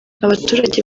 abaturage